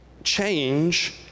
change